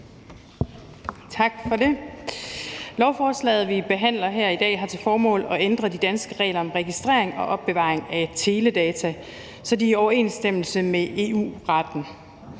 Tak for det. Lovforslaget, vi behandler her i dag, har til formål at ændre de danske regler om registrering og opbevaring af teledata, så de er i overensstemmelse med EU-retten.